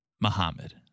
Muhammad